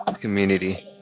community